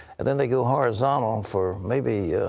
and then they go horizontal for maybe,